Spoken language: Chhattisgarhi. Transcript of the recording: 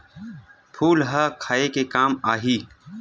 फूल ह खाये के काम आही?